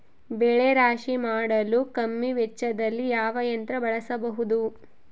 ಬೆಳೆ ರಾಶಿ ಮಾಡಲು ಕಮ್ಮಿ ವೆಚ್ಚದಲ್ಲಿ ಯಾವ ಯಂತ್ರ ಬಳಸಬಹುದು?